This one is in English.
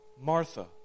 Martha